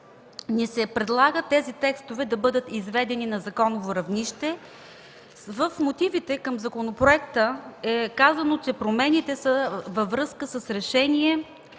ни се предлага тези текстове да бъдат изведени на законово равнище. В мотивите към законопроекта е казано, че промените са във връзка с Решение